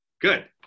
Good